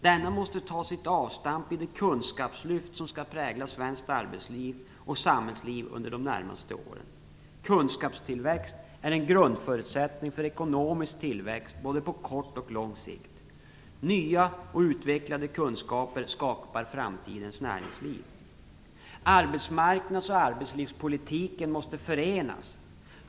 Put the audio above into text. Denna måste få sitt avstamp i det kunskapslyft som skall prägla svenskt arbetsliv och samhällsliv under de närmaste åren. Kunskapstillväxt är en grundförutsättning för ekonomisk tillväxt på både kort och lång sikt. Nya och utvecklade kunskaper skapar framtidens näringsliv. Arbetsmarknads och arbetslivspolitiken måste förenas.